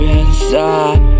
inside